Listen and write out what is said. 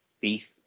beef